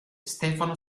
stefano